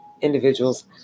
individuals